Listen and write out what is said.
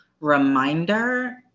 reminder